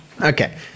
Okay